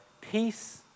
peace